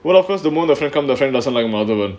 but of course the more the friend doesn't like madhavan